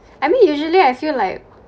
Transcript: I mean usually I feel like